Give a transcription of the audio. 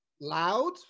loud